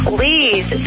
Please